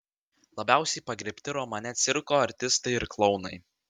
labiausiai pagerbti romane cirko artistai ir klounai